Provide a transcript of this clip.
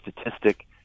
statistic